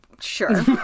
Sure